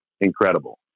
incredible